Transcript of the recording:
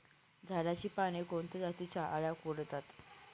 झाडाची पाने कोणत्या जातीच्या अळ्या कुरडतात?